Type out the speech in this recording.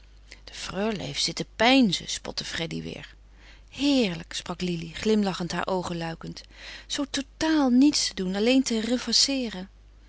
de freule heeft zitten peinzen spotte freddy weêr heerlijk sprak lili glimlachend haar oogen luikend zoo totaal niets te doen alleen te